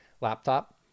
laptop